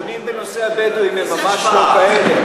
הנתונים בנושא הבדואים הם ממש לא כאלה.